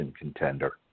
contender